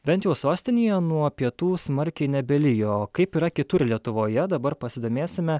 bent jau sostinėje nuo pietų smarkiai nebelijo kaip yra kitur lietuvoje dabar pasidomėsime